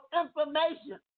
information